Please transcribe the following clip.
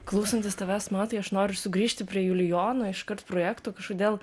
klausantis tavęs matai aš noriu sugrįžti prie julijono iškart projekto kažkodėl